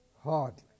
Hardly